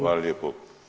Hvala lijepo.